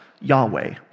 Yahweh